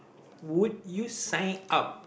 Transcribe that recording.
would you sign up